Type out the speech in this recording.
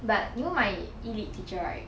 but you know my E lit teacher right